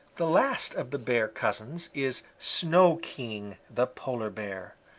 the last of the bear cousins is snow king the polar bear.